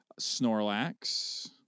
Snorlax